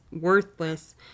worthless